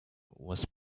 was